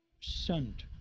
sent